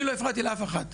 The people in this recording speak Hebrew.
אני לא הפרעתי לאף אחת.